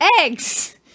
eggs